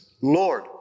Lord